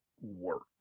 work